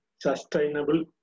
sustainable